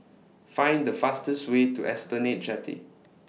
Find The fastest Way to Esplanade Jetty